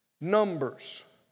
numbers